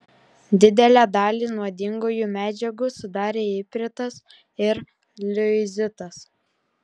didelę dalį nuodingųjų medžiagų sudarė ipritas ir liuizitas